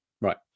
Right